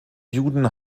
juden